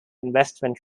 investment